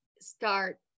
start